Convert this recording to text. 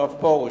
הרב פרוש.